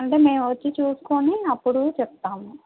అంటే మేము వచ్చి చూసుకొని అప్పుడు చెప్తాము